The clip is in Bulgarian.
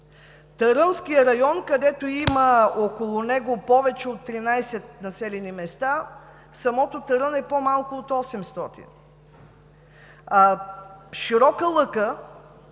Търънският район, където има повече от 13 населени места – самото Търън е по-малко от 800, Широка лъка,